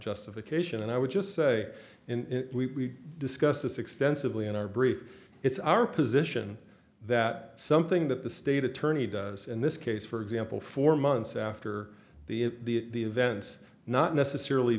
justification and i would just say in we discussed this extensively in our brief it's our position that something that the state attorney does in this case for example four months after the events not necessarily